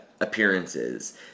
appearances